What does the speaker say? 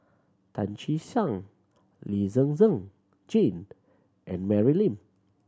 Tan Che Sang Lee Zhen Zhen Jane and Mary Lim